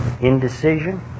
Indecision